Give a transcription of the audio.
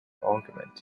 argument